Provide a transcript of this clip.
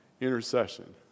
Intercession